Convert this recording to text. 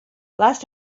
last